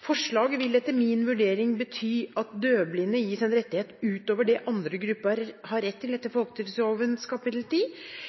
«Forslaget vil etter min vurdering bety at døvblinde gis en rettighet utover det andre grupper har rett til etter